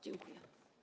Dziękuję.